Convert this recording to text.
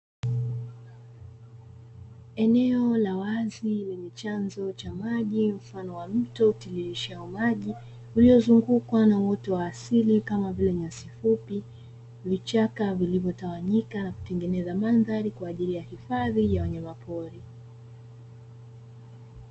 Eneo la wazi lenye chanzo cha maji mfano wa mto utiririshao maji, uliozungukwa na uoto wa asili kama vile nyasi fupi, vichaka vilivyotawanyika na kutengeneza mandhari kwaajili ya hifadhi ya wanyama pori.